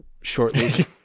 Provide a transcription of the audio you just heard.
shortly